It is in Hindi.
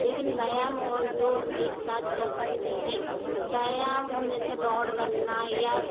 लेकिन व्यायाम और योग हम एक साथ कर सकते हैं व्यायाम हम जैसे दौड़ करना या